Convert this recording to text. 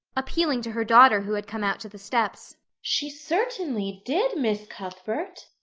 appealing to her daughter who had come out to the steps. she certainly did, miss cuthbert,